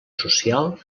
social